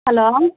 hello